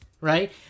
Right